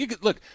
Look